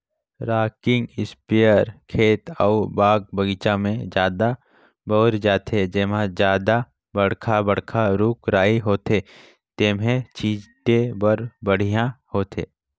rocking sprayer खेत अउ बाग बगीचा में जादा बउरे जाथे, जेम्हे जादा बड़खा बड़खा रूख राई होथे तेम्हे छीटे बर बड़िहा होथे